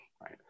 right